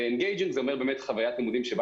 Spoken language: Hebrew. אנגייג'ינג זה אומר חווית לימודים שבה